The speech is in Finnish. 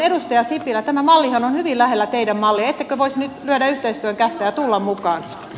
edustaja sipilä tämä mallihan on hyvin lähellä teidän mallianne ettekö voisi nyt lyödä yhteistyön kättä ja tulla mukaan